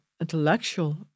intellectual